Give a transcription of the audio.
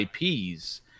IPs